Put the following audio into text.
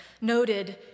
noted